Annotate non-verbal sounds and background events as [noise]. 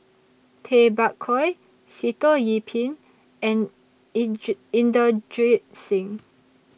Tay Bak Koi Sitoh Yih Pin and [unintelligible] Inderjit Singh